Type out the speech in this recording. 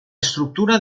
estructura